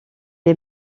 est